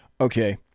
Okay